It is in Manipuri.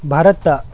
ꯚꯥꯔꯠꯇ